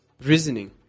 reasoning